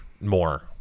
more